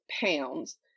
pounds